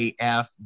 AF